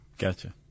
Gotcha